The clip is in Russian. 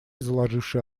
заложивший